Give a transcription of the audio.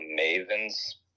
Maven's